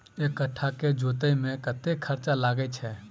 एक कट्ठा केँ जोतय मे कतेक खर्चा लागै छै?